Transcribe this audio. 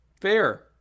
fair